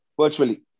virtually